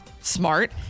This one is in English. smart